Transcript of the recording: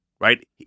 Right